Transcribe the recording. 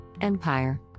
empire